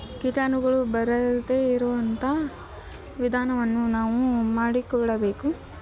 ಕೀಟಾಣುಗಳು ಬರದೇ ಇರುವಂಥ ವಿಧಾನವನ್ನು ನಾವು ಮಾಡಿಕೊಳ್ಳಬೇಕು